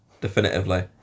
definitively